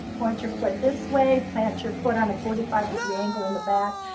point your foot this way. plant your foot on a forty five degree angle in the back.